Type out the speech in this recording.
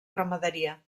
ramaderia